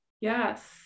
yes